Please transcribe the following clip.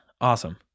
awesome